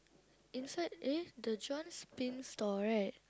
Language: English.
inside eh the John's pin store right